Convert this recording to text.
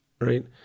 right